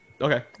Okay